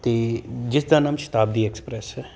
ਅਤੇ ਜਿਸ ਦਾ ਨਾਮ ਸ਼ਤਾਬਦੀ ਐਕਸਪ੍ਰੈਸ ਹੈ